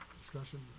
Discussion